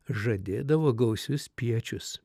žadėdavo gausius spiečius